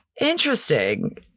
Interesting